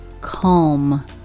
calm